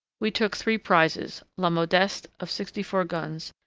we took three prizes, la modeste, of sixty-four guns,